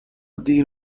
دیر